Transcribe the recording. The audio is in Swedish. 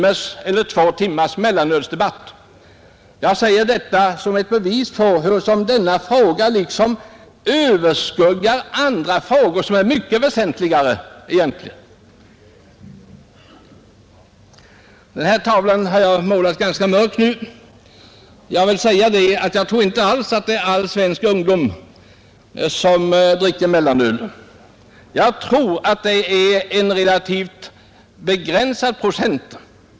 En eller två timmars mellanölsdebatt! Jag säger detta som ett bevis på hur denna fråga liksom överskuggar andra frågor, som egentligen är mycket väsentligare. Den tavla jag nu målat är ganska mörk, men jag vill framhålla att jag inte alls tror att all svensk ungdom dricker mellanöl. Jag tror att det är en relativt begränsad procent.